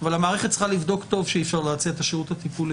אבל המערכת צריכה לבדוק טוב אם אי אפשר להציע את השירות הטיפולי.